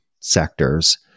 sectors